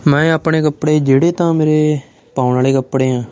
ਮੈਂ ਆਪਣੇ ਕੱਪੜੇ ਜਿਹੜੇ ਤਾਂ ਮੇਰੇ ਪਾਉਣ ਵਾਲੇ ਕੱਪੜੇ ਆ